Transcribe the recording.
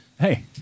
hey